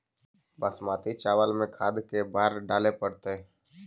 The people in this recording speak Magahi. बासमती चावल में खाद के बार डाले पड़तै?